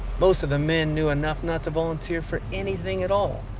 most of the men knew enough not to volunteer for anything at all,